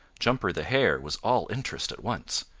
jumper the hare was all interest at once.